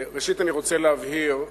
ראשית, אני רוצה להבהיר,